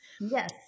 Yes